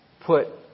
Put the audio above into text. put